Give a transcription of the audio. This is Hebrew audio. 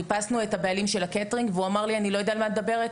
חיפשנו את הבעלים של הקייטרינג והוא אמר לי אני לא יודע על מה את מדברת.